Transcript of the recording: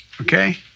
Okay